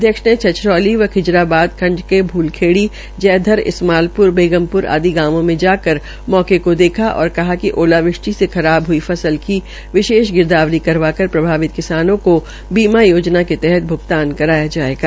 अध्यक्ष ने छछरौली व खिजराबाद खंड के भूलखेड़ी जैधर इस्माइलप्र बेगमप्र आदि गांवों मे जाकर मौके को देखा और कहा कि ओलावृष्टि से खराब हुई फसल की विशेष गिरदावरी करवाकर प्रभावित किसानों को बीमा योजना के तहत भ्गतान कराया जायेगा